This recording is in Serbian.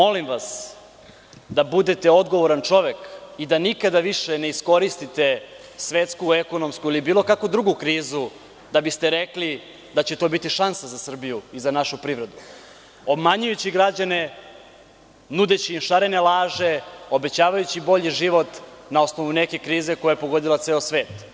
Molim vas da budete odgovoran čovek i da nikada više ne iskoristite svetsku, ekonomsku ili bilo kakvu drugu krizu da biste rekli da će to biti šansa za Srbiju i za našu privredu, obmanjujući građane, nudeći im šarene laže, obećavajući bolji život na osnovu neke krize koja je pogodila ceo svet.